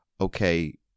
okay